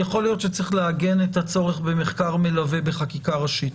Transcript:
יכול להיות שצריך לעגן את הצורך במחקר מלווה בחקיקה ראשית.